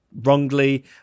wrongly